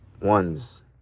ones